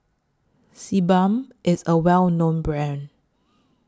Sebamed IS A Well known Brand